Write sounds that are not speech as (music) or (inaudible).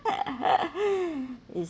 (laughs) is